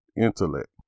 intellect